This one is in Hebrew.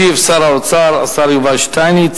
ישיב שר האוצר, השר יובל שטייניץ.